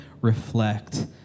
reflect